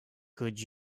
could